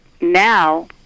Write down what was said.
now